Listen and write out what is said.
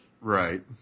Right